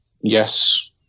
yes